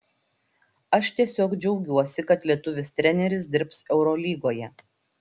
aš tiesiog džiaugiuosi kad lietuvis treneris dirbs eurolygoje